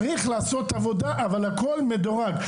צריך לעשות עבודה אבל הכול מדורג.